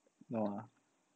no ah